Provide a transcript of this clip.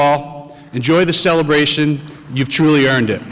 all enjoy the celebration you've truly earned it